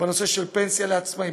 בנושא של פנסיה לעצמאים,